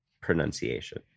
pronunciation